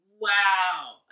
Wow